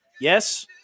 Yes